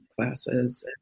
classes